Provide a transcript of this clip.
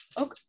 Okay